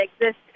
exist